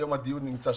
היום הדיון שם.